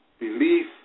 belief